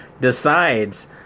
decides